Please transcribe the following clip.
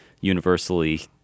universally